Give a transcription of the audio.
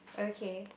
okay